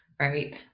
right